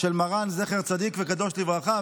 של מרן, זכר צדיק וקדוש לברכה.